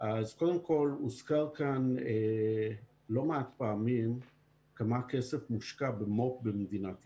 אז קודם כול הוזכר כאן לא מעט פעמים כמה כסף מושקע במו"פ במדינת ישראל.